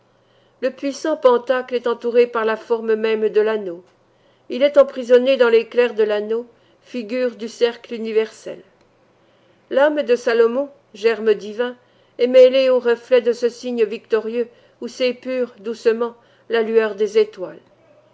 le puissant pantacle est entouré par la forme même de l'anneau il est emprisonné dans l'éclair de l'anneau figure du cercle universel l'âme de salomon germe divin est mêlée aux reflets de ce signe victorieux où s'épure doucement la lueur des étoiles